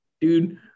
dude